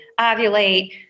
ovulate